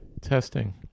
Testing